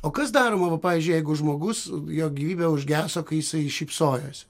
o kas daroma va pavyzdžiui jeigu žmogus jo gyvybė užgeso kai jisai šypsojosi